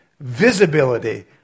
Visibility